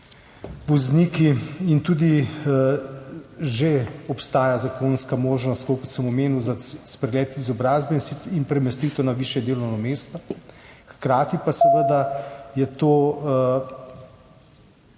vozniki. Tudi že obstaja zakonska možnost, tako kot sem omenil, za spregled izobrazbe in premestitev na višje delovno mesto. Hkrati pa je seveda to